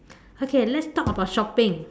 okay let's talk about shopping